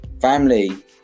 family